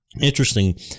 Interesting